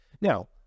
Now